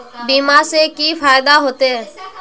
बीमा से की फायदा होते?